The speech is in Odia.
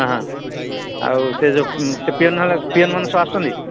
ହଁ ହଁ ଆଉ ସେ ଯୋଉ ସେ ପିଅନ ହେଲା ପିଅନମାନେ ସବୁ ଆସୁଛନ୍ତି